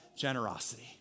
generosity